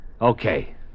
Okay